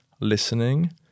listening